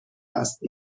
است